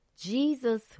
Jesus